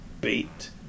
bait